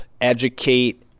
educate